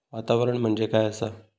वातावरण म्हणजे काय आसा?